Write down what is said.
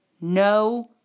no